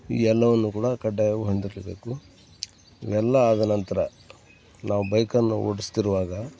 ಎಲ್ಲವನ್ನು ಕೂಡ ಕಡ್ಡಾಯವಾಗಿ ಹೊಂದಿರಲೇಬೇಕು ಇವೆಲ್ಲ ಆದ ನಂತರ ನಾವು ಬೈಕನ್ನು ಓಡಿಸ್ತಿರುವಾಗ